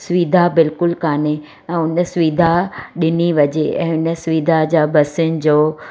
सुविधा बिल्कुलु कान्हे हुन सुविधा ॾिनी वञे ऐं हुन सुविधा जा बसियुनि जो